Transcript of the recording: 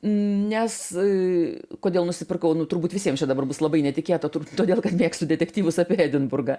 nes kodėl nusipirkau nu turbūt visiem čia dabar bus labai netikėta todėl kad mėgstu detektyvus apie edinburgą